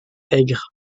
aigres